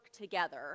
together